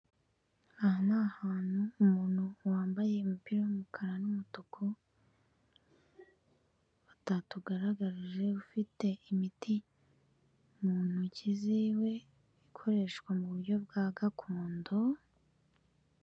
Aha ni ahantu umuntu wambaye umupira w'umukara n'umutuku batatugaragarije ufite imiti mu ntoki ziwe ikoreshwa mu buryo bwa gakondo,